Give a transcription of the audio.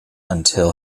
until